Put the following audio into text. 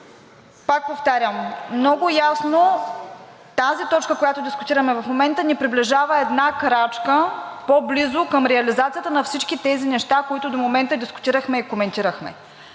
пак повтарям много ясно – тази точка, която дискутираме в момента, ни приближава една крачка по-близо към реализацията на всички тези неща, които до момента дискутирахме и коментирахме,